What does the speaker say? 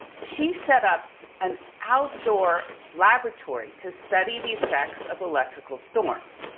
she set up an outdoor laboratory to study the effects of electrical storms.